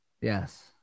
Yes